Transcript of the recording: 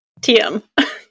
TM